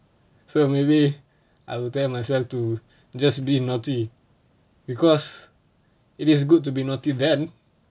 so maybe I will tell myself to just being naughty because it is good to be naughty then